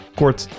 kort